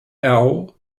owl